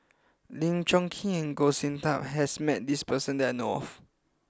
Lim Chong Keat and Goh Sin Tub has met this person that I know of